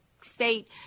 state